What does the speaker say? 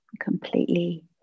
completely